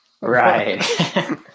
Right